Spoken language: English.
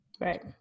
Right